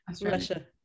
Russia